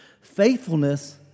Faithfulness